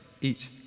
Eat